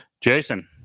Jason